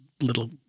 little